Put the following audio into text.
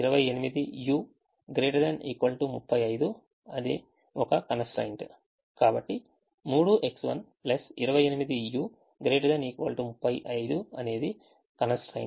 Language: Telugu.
కాబట్టి 3X1 28u ≥ 35 అనేది constraint